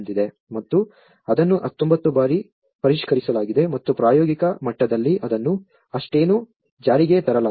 ಮತ್ತು ಅದನ್ನು 19 ಬಾರಿ ಪರಿಷ್ಕರಿಸಲಾಗಿದೆ ಮತ್ತು ಪ್ರಾಯೋಗಿಕ ಮಟ್ಟದಲ್ಲಿ ಅದನ್ನು ಅಷ್ಟೇನೂ ಜಾರಿಗೆ ತರಲಾಗಿಲ್ಲ